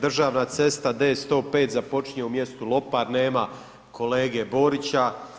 Državna cesta D105 započinje u mjestu Lopar, nema kolege Borića.